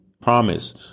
promise